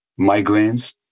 migraines